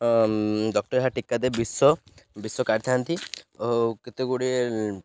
doctor ଏହା ଟୀକା ଦେଇ ବିଷ ବି କାଢ଼ିଥାନ୍ତି ଓ କେତେ ଗୁଡ଼ିଏ